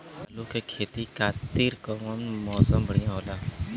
आलू के खेती खातिर कउन मौसम बढ़ियां होला?